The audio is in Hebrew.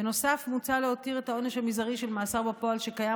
בנוסף מוצע להותיר את העונש המזערי של מאסר בפועל שקיים